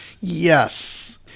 Yes